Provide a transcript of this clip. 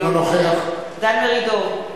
אינו נוכח דן מרידור,